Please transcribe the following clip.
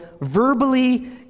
verbally